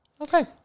Okay